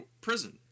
prison